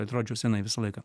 atrodžiau senai visą laiką